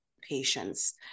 patients